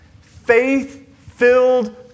faith-filled